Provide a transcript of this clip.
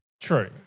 True